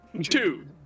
Two